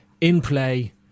in-play